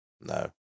No